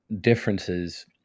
differences